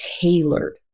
tailored